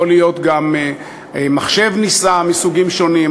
יכול להיות גם מחשב נישא מסוגים שונים,